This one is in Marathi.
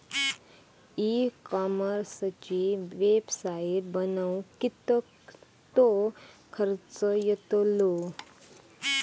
ई कॉमर्सची वेबसाईट बनवक किततो खर्च येतलो?